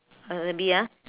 uh a bee ah